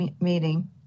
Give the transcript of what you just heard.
meeting